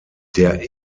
der